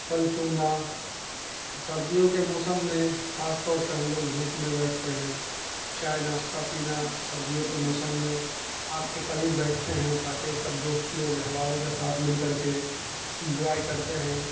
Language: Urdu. پھل چگنا سردیوں کے موسم میں خاص طور سے ہم لوگ دھوپ میں بیٹھتے ہیں چائے ناشتہ پینا سردیوں کے موسم میں آگ کے قریب بیٹھتے ہیں تاکہ سب دوست لوگ احبابوں کے ساتھ مل کر کے انجوائے کرتے ہیں